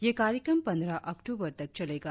यह कार्यक्रम पंद्रह अक्टूबर तक चलेगा